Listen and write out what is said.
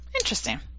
Interesting